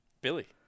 Billy